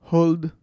Hold